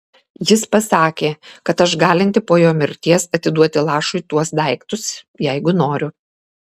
jis pasakė kad aš galinti po jo mirties atiduoti lašui tuos daiktus jeigu noriu